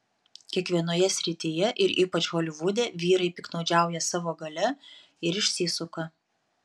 kiekvienoje srityje ir ypač holivude vyrai piktnaudžiauja savo galia ir išsisuka